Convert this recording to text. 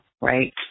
right